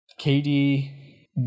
KD